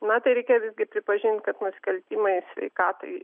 na tai reikia visgi pripažint kad nusikaltimai sveikatai